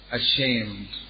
ashamed